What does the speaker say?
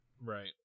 right